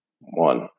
One